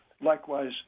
Likewise